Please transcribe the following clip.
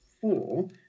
four